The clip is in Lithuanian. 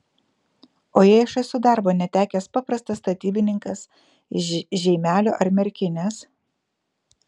o jei aš esu darbo netekęs paprastas statybininkas iš žeimelio ar merkinės